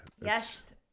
Yes